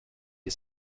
est